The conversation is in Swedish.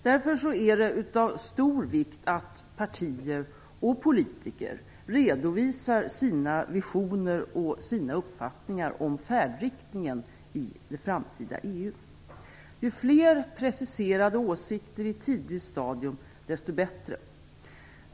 Därför är det av stor vikt att partier och politiker redovisar sina visioner och sina uppfattningar om färdriktningen i det framtida EU. Ju fler preciserade åsikter i ett tidigt stadium desto bättre.